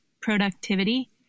productivity